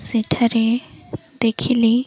ସେଠାରେ ଦେଖିଲି